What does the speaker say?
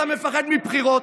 אתה מפחד מבחירות,